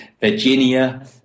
Virginia